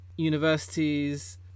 universities